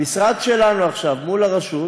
המשרד שלנו עכשיו, מול הרשות,